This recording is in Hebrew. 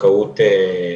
הזכאות